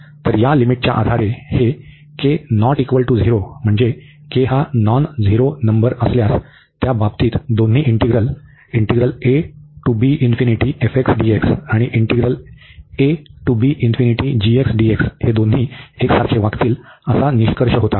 तर या लिमिटच्या आधारे येथे हे असल्यास त्याबाबतीत दोन्ही इंटीग्रल आणि हे दोन्ही एकसारखे वागतील असा निष्कर्ष होता